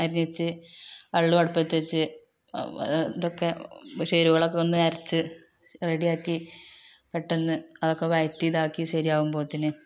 അരിഞ്ഞുവച്ച് വെള്ളവും അടുപ്പത്തുവച്ച് ഇതൊക്കെ ചേരുവകളൊക്കെ ഒന്ന് അരച്ച് റെഡിയാക്കി പെട്ടെന്ന് അതൊക്കെ വഴറ്റി ഇതാക്കി ശരിയാവുമ്പോഴത്തേന്